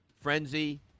frenzy